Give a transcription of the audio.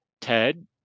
ted